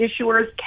issuers